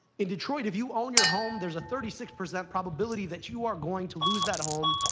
in detroit, if you own your home, there's a thirty six percent probability that you are going to lose that home,